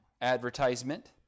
advertisement